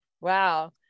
Wow